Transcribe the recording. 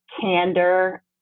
candor